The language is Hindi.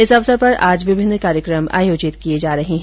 इस अवसर पर आज विभिन्न कार्यक्रम आयोजित किए जा रहे है